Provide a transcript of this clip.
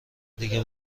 دیگه